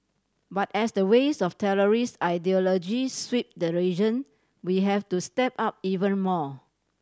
but as the waves of terrorist ideology sweep the region we have to step up even more